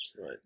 right